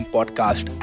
Podcast